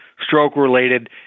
stroke-related